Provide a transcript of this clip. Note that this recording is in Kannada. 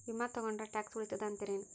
ವಿಮಾ ತೊಗೊಂಡ್ರ ಟ್ಯಾಕ್ಸ ಉಳಿತದ ಅಂತಿರೇನು?